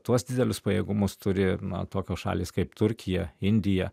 tuos didelius pajėgumus turi na tokios šalys kaip turkija indija